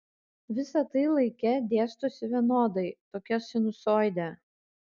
visa tai laike dėstosi vienodai tokia sinusoide